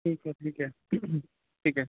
ਠੀਕ ਹੈ ਠੀਕ ਹੈ ਠੀਕ ਹੈ